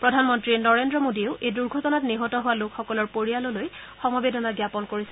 প্ৰধানমন্ত্ৰী নৰেন্দ্ৰ মোদীয়ে এই দুৰ্ঘটনাত নিহত হোৱা লোকসকলৰ পৰিয়াললৈ সমবেদনা জ্ঞাপন কৰিছে